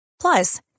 Plus